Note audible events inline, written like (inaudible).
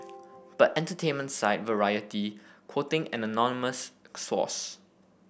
(noise) but entertainment site Variety quoting an anonymous source